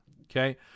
Okay